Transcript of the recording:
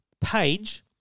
page